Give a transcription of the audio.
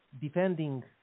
defending